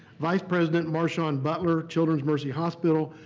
vice president marshawn butler, children's mercy hospital,